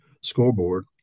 scoreboard